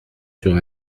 sur